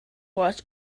horse